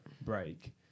break